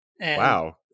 Wow